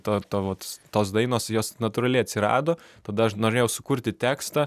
to to vat tos dainos jos natūraliai atsirado tada aš norėjau sukurti tekstą